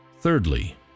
Thirdly